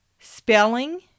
Spelling